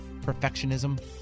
perfectionism